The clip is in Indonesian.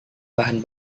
bahan